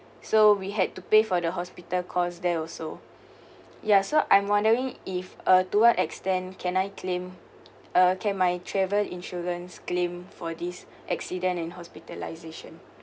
so we had to pay for the hospital cost there also ya so I'm wondering if uh to what extent can I claim uh can my travel insurance claim for this accident and hospitalisation